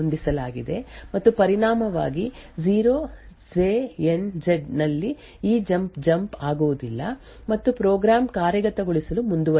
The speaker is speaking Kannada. ಆದ್ದರಿಂದ ಇಲ್ಲಿ ಏನಾಗುತ್ತದೆ ಎಂದರೆ ಈ ಹೋಲಿಕೆ ಸೂಚನೆಯ ಆಧಾರದ ಮೇಲೆ r0 r1 ಗೆ ಸಮನಾಗಿದ್ದರೆ ನಂತರ 0 ಫ್ಲ್ಯಾಗ್ ಅನ್ನು ಪ್ರೊಸೆಸರ್ ನಲ್ಲಿ ಹೊಂದಿಸಲಾಗಿದೆ ಮತ್ತು ಪರಿಣಾಮವಾಗಿ 0 ಜೆ ಎನ್ಝೆಡ್ ನಲ್ಲಿ ಈ ಜಂಪ್ ಜಂಪ್ ಆಗುವುದಿಲ್ಲ ಮತ್ತು ಪ್ರೋಗ್ರಾಂ ಕಾರ್ಯಗತಗೊಳಿಸಲು ಮುಂದುವರಿಯುತ್ತದೆ